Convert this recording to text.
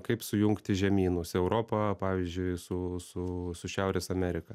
kaip sujungti žemynus europą pavyzdžiui su su su šiaurės amerika